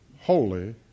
holy